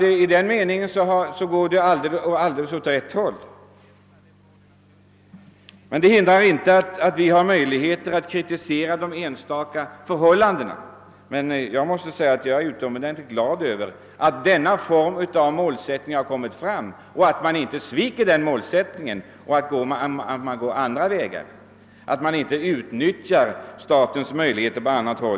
I den meningen går det alltså åt rätt håll. Men detta hindrar inte att vi kan kritisera enskilda förhållanden. Jag är emellertid mycket glad över att denna målsättning nu har slagits fast. Jag hoppas att man inte sviker den genom att gå andra vägar och utnyttja statens möjligheter på andra håll.